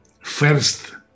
first